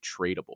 tradable